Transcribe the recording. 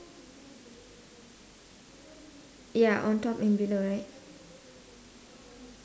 ya on top and below right